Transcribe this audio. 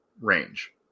range